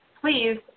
please